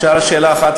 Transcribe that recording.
שאלת שאלה אחת,